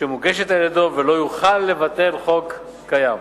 שמוגשת באותה שנה ולא יוכל לבטל חוק קיים,